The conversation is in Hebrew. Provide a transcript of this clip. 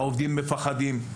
העובדים מפחדים,